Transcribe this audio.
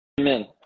Amen